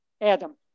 Adam